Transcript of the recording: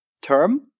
term